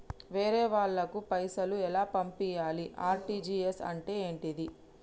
వేరే వాళ్ళకు పైసలు ఎలా పంపియ్యాలి? ఆర్.టి.జి.ఎస్ అంటే ఏంటిది?